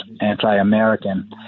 anti-American